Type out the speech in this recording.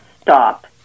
stop